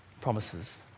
promises